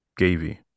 Gavey